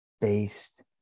based